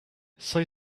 say